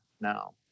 now